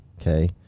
okay